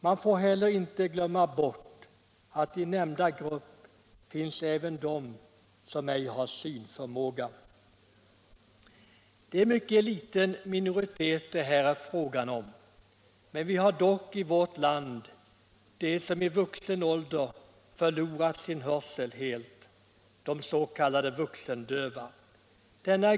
Man får heller inte glömma bort att i nämnda grupp även finns människor som ej har synförmåga. Det är en mycket liten minoritet det här är fråga om, men vi har dock i vårt land en grupp på ca 3 000 människor som i vuxen ålder förlorat sin hörsel helt, de s.k. vuxendöva.